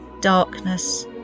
darkness